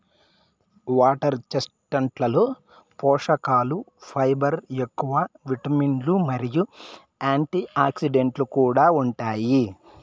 water చెస్ట్నట్లలో పోషకలు fibre ఎక్కువ, విటమిన్లు మరియు యాంటీఆక్సిడెంట్లు కూడా ఉంటాయి